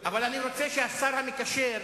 אני רוצה שהשר המקשר,